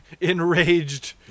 enraged